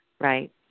right